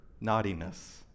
naughtiness